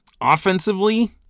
Offensively